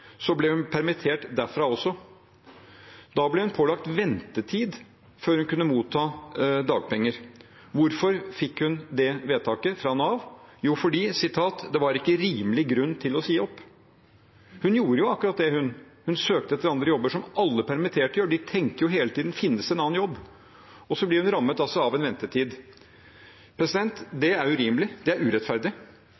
så ble hun permittert derfra også. Da ble hun pålagt ventetid før hun kunne motta dagpenger. Hvorfor fikk hun det vedtaket fra Nav? Jo, fordi det var ikke «rimelig grunn» til å si opp. Hun gjorde akkurat det, hun søkte etter andre jobber, som alle permitterte gjør, de tenker hele tiden: Finnes det en annen jobb? Så ble hun altså rammet av en ventetid.